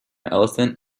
elephant